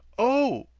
oh!